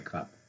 Cup